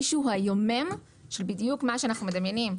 מי שהוא היומם של בדיוק מה שאנחנו מדמיינים,